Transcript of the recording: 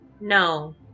No